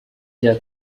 cya